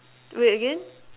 do that again